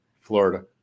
Florida